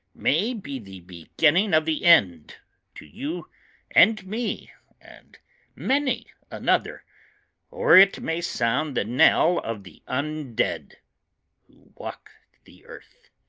may be the beginning of the end to you and me and many another or it may sound the knell of the un-dead who walk the earth.